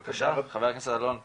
חבר הכנסת אלון טל,